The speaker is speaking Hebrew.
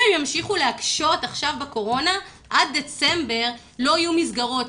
אם הם ימשיכו להקשות עכשיו בקורונה עד דצמבר לא יהיו מסגרות.